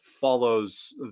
follows